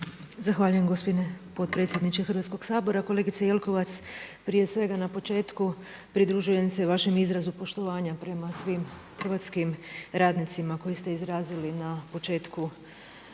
Zahvaljujem gospodine potpredsjedniče Hrvatskog sabora. Kolegice Jelkovac, prije svega na početku pridružujem se vašem izrazu poštovanja prema svim hrvatskim radnicima koje ste izrazili na početku